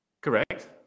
Correct